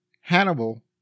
Hannibal